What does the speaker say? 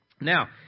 Now